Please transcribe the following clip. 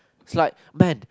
slide men